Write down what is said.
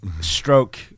stroke